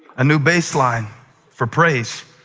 a new baseline for praise.